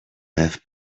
have